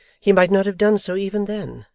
he might not have done so even then,